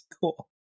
cool